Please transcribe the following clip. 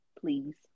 please